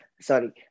Sorry